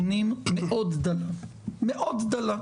נותנים בזה איזשהו ממד של התנגשות בין קבוצות לאומיות,